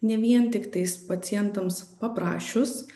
ne vien tiktais pacientams paprašius